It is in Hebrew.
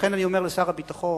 ולכן אני אומר לשר הביטחון: